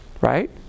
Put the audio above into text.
right